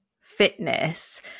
fitness